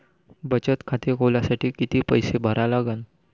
बचत खाते खोलासाठी किती पैसे भरा लागन?